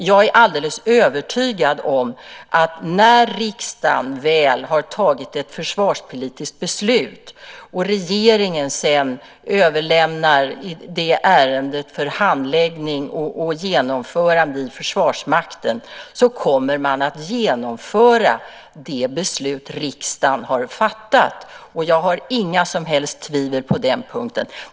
Jag är alldeles övertygad om att när riksdagen väl har fattat ett försvarspolitiskt beslut och regeringen sedan överlämnar det ärendet för handläggning och genomförande i Försvarsmakten kommer man att genomföra det beslut som riksdagen har fattat. Jag har inga som helst tvivel på den punkten.